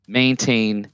maintain